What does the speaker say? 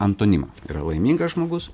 antonimą yra laimingas žmogus